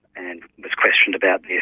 and was questioned about this.